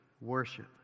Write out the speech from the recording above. worship